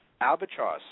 Albatross